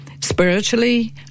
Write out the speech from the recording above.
spiritually